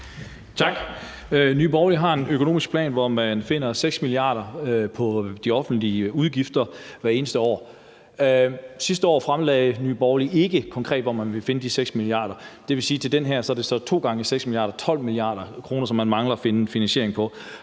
Tak. Nye Borgerlige har en økonomisk plan, hvor man finder 6 mia. kr. på de offentlige udgifter hvert eneste år. Sidste år fremlagde Nye Borgerlige ikke konkret, hvor man ville finde de 6 mia. kr. Det vil sige, at til den her er det så to gange 6 mia. kr., altså 12 mia. kr., som man mangler at finde finansiering på.